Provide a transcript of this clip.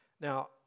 Now